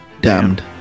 Damned